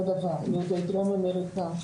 אותו דבר, דרום אמריקה?